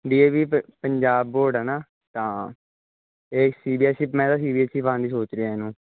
D A V ਪ Punjab board ਹੈ ਨਾ ਤਾਂ ਇਹ ਸੀ ਬੀ ਐਸ ਈ ਮੈਂ ਤਾਂ ਸੀ ਬੀ ਐਸ ਈ ਪਾਉਣ ਦੀ ਸੋਚ ਰਿਹਾਂ ਇਹਨੂੰ